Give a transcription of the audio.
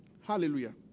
Hallelujah